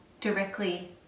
directly